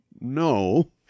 no